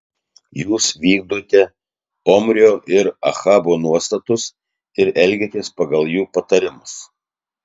jūs vykdote omrio ir ahabo nuostatus ir elgiatės pagal jų patarimus